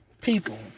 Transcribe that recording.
people